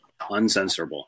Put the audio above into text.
uncensorable